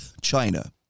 China